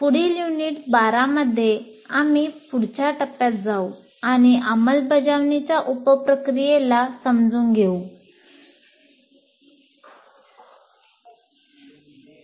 पुढील युनिट 12 मध्ये आम्ही पुढच्या टप्प्यात जाऊ आणि अंमलबजावणीच्या उप प्रक्रियेला समजून घेऊया